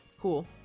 Cool